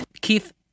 Keith